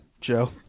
Joe